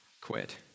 quit